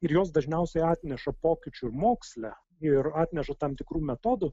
ir jos dažniausiai atneša pokyčių ir moksle ir atneša tam tikrų metodų